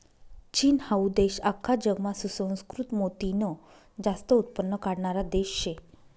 चीन हाऊ देश आख्खा जगमा सुसंस्कृत मोतीनं जास्त उत्पन्न काढणारा देश शे